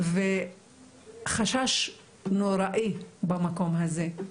חשש נוראי במקום הזה.